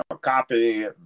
copy